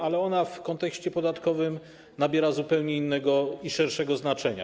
Ale ona w kontekście podatkowym nabiera zupełnie innego i szerszego znaczenia.